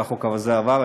והחוק הזה עבר.